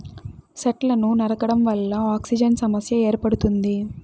సెట్లను నరకడం వల్ల ఆక్సిజన్ సమస్య ఏర్పడుతుంది